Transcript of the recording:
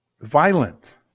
Violent